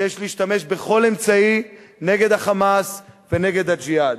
שיש להשתמש בכל אמצעי נגד ה"חמאס" ונגד "הג'יהאד".